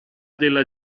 della